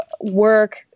work